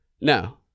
No